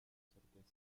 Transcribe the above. certeza